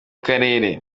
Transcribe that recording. karere